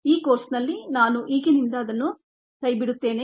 ಈ ಕೋರ್ಸ್ನಲ್ಲಿ ನಾನು ಈಗಿನಿಂದ ಅದನ್ನು ಬಿಡುತ್ತೇನೆ